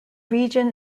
region